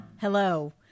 Hello